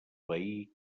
veí